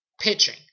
Pitching